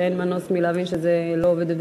אין מנוס מלהבין שזה לא עובד,